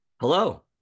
Hello